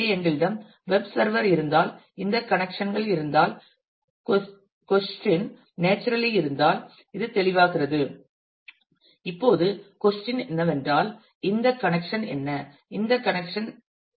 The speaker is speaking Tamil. எனவே எங்களிடம் வெப் சர்வர் இருந்தால் இந்த கனெக்சன் கள் இருந்தால் கொஸ்டின் நேச்சுரலி இருந்தால் இது தெளிவாகிறது இப்போது கொஸ்டின் என்னவென்றால் இந்த கனெக்சன் என்ன இந்த கனெக்சன் என்ன